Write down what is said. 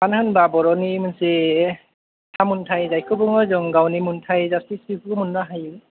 मोनो होनब्ला बर'नि मोनसे मोनथाय जों गावनि मोनथाय मोननो हायो